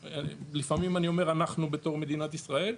שלפעמים אני אומר "אנחנו" בתור מדינת ישראל,